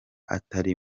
atari